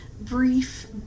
brief